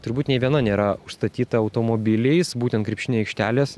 turbūt nė viena nėra užstatyta automobiliais būtent krepšinio aikštelės